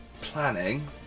Planning